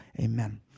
Amen